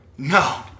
No